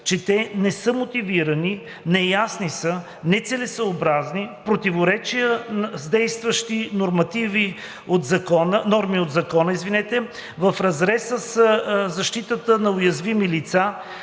че те не са мотивирани, неясни са, нецелесъобразни, в противоречие с действащи норми от Закона, в разрез със защитата на уязвимите лица.